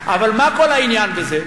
2011. מה כל העניין בזה?